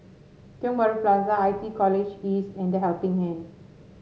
Tiong Bahru Plaza I T College East and The Helping Hand